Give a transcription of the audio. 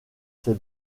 ses